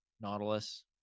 Nautilus